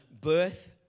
birth